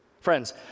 Friends